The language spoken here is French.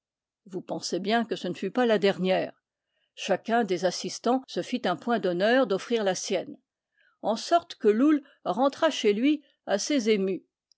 vous pensez bien que ce ne fut pas la dernière chacun des assistants se fit un point d'honneur d'offrir la sienne en sorte que loull rentra chez lui assez ému